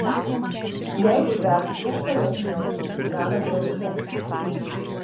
jeigu drevių trūksta jos mielai apsigyvena drevėse